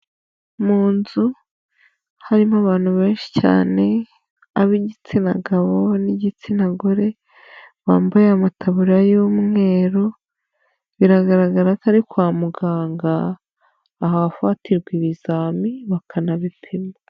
Mu nzu harimo abantu benshi cyane, ab'igitsina gabo n'igitsina gore, bambaye amataburiya y'umweru, biragaragara ko ari kwa muganga, ahafatirwa ibizami bakanabipima.